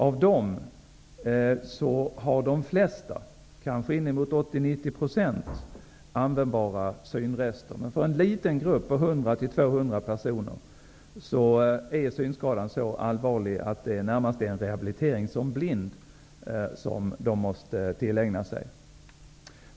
Av dem har de flesta, kanske inemot 80--90 %, användbara synrester. För en liten grupp på 100-200 personer är synskadan emellertid så allvarlig att det är närmast en rehabilitering som blind som dessa personer måste tillägna sig.